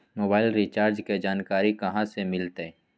Mobile recharge के जानकारी कहा से मिलतै?